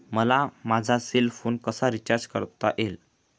मला माझा cell phone कसा रिचार्ज करता येईल?